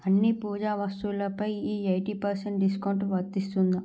అన్ని పూజా వస్తువులపై ఈ ఎయిటి పర్సెంట్ డిస్కౌంట్ వర్తిస్తుందా